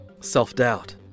Self-doubt